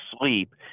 sleep